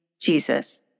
Jesus